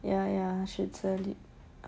ya ya should learn